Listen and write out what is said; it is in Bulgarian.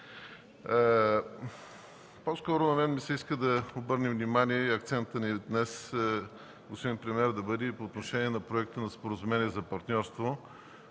По-скоро на мен ми се иска да обърна внимание и акцента ни днес, господин премиер, да бъде по отношение на Проекта на споразумение за партньорство